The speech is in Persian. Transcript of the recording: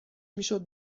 میشد